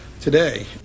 today